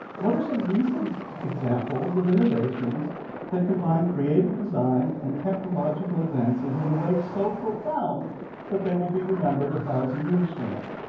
what are some recent examples of innovations that combine creative design and technological advances in a way so profound that but they will be remembered a thousand years from now?